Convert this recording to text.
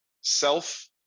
self